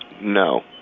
No